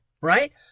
right